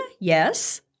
Yes